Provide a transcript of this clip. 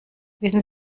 wissen